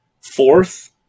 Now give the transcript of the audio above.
Fourth